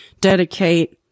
dedicate